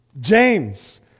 James